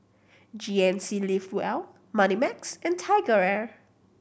G N C Live well Moneymax and TigerAir